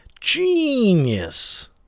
Genius